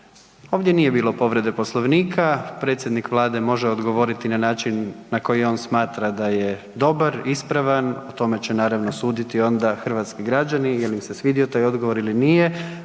Ovdje nije bilo povrede Poslovnika. Predsjednik Vlade može odgovoriti na način na koji on smatra da je dobar, ispravan. O tome će naravno suditi onda hrvatski građani jel im se svidio taj odgovor ili nije,